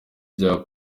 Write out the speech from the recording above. bya